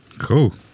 Cool